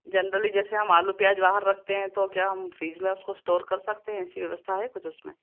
generally जैसे हम आलू प्याज वहाँ रखते हैं तो क्या हम फ्रीज़ में उसको स्टोर कर सकते हैं ऐसी व्यवस्था है कुछ उसमें